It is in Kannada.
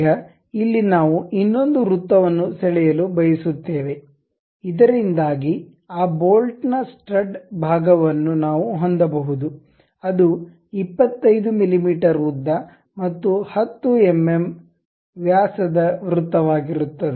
ಈಗ ಇಲ್ಲಿ ನಾವು ಇನ್ನೊಂದು ವೃತ್ತವನ್ನು ಸೆಳೆಯಲು ಬಯಸುತ್ತೇವೆ ಇದರಿಂದಾಗಿ ಆ ಬೋಲ್ಟ್ ನ ಸ್ಟಡ್ ಭಾಗವನ್ನು ನಾವು ಹೊಂದಬಹುದು ಅದು 25 ಮಿಮೀ ಉದ್ದ ಮತ್ತು 10 ಎಂಎಂ ವ್ಯಾಸದ ವೃತ್ತವಾಗಿರುತ್ತದೆ